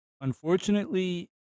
unfortunately